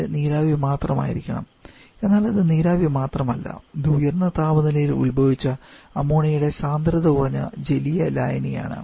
അത് നീരാവി മാത്രമായിരിക്കണം എന്നാൽ അത് നീരാവി മാത്രമല്ല ഇത് ഉയർന്ന താപനിലയിൽ ഉൽഭവിച്ച അമോണിയയുടെ സാന്ദ്രത കുറഞ്ഞ ജലീയ ലായനിയാണ്